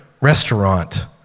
restaurant